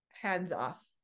hands-off